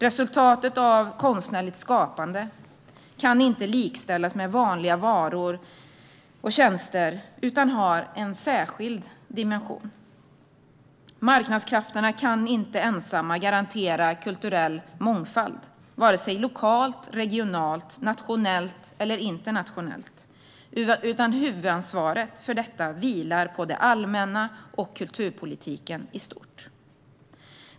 Resultatet av konstnärligt skapande kan inte likställas med vanliga varor och tjänster utan har en särskild dimension. Marknadskrafterna kan inte ensamma garantera kulturell mångfald, vare sig lokalt, regionalt, nationellt eller internationellt, utan huvudansvaret för detta vilar på det allmänna och på kulturpolitiken i stort.